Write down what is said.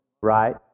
right